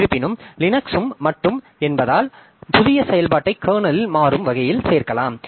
இருப்பினும் லினக்ஸும் மட்டு என்பதால் புதிய செயல்பாட்டை கர்னலில் மாறும் வகையில் சேர்க்கலாம்